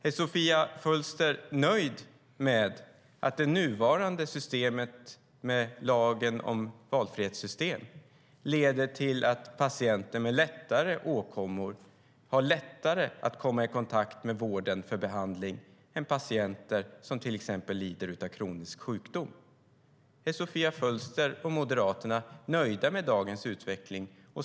Är Sofia Fölster nöjd med att det nuvarande systemet med lagen om valfrihetssystem leder till att patienter med lättare åkommor har lättare att komma i kontakt med vården för behandling än patienter som till exempel lider av kronisk sjukdom? Är Sofia Fölster och Moderaterna nöjda med dagens utveckling?